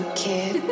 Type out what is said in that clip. kid